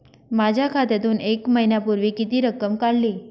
माझ्या खात्यातून एक महिन्यापूर्वी किती रक्कम काढली?